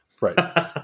right